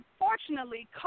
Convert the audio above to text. unfortunately